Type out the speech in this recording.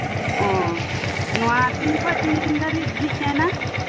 ᱚ ᱱᱚᱣᱟ ᱛᱤᱱ ᱠᱷᱚᱱ ᱛᱤᱱ ᱜᱷᱟᱹᱨᱤᱡ ᱡᱷᱤᱡ ᱛᱟᱸᱦᱮᱱᱟ